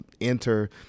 enter